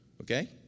Okay